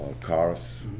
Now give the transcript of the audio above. cars